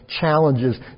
challenges